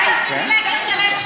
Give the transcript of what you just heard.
זאת הפריבילגיה שלהם,